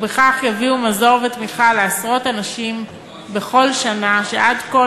ובכך יביאו בכל שנה מזור ותמיכה לעשרות הנשים שעד כה